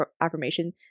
affirmation